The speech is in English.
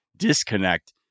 disconnect